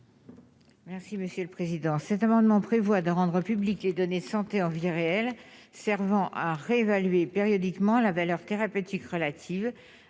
Merci monsieur le président, cet amendement prévoit de rendre publiques les données santé envie réelles Servent à réévaluer périodiquement la valeur thérapeutique relative